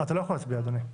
אתה לא יכול להצביע, אדוני.